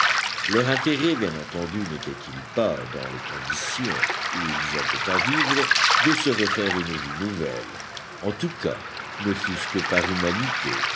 leur intérêt bien entendu n'étaitil pas dans les conditions où ils avaient à vivre de se refaire une vie nouvelle en tout cas ne fût-ce que par humanité